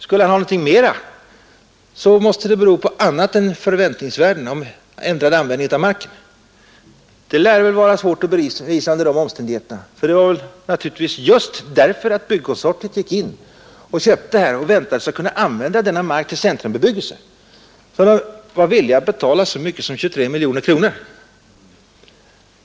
Skulle han få någonting mera måste det bero på någonting annat än förväntningarna om ändrad användning av marken, och det lär väl under de omständigheterna vara svårt att bevisa; det var naturligtvis just därför att byggkonsortiet väntade sig att kunna använda denna mark till centrumbebyggelse som det var villigt att betala så mycket som 23 miljoner kronor.